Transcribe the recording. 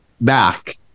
back